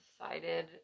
decided